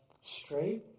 straight